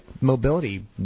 mobility